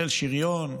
חיל שריון,